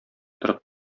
торып